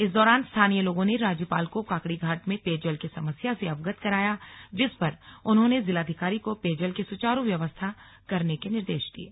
इस दौरान स्थानीय लोगों ने राज्यपाल को काकड़ीघाट में पेयजल की समस्या से अवगत कराया जिस पर उन्होंने जिलाधिकारी को पेयजल की सुचारू व्यवस्था करने के निर्देश दिये